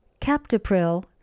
Captopril